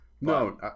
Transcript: No